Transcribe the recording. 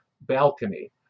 balcony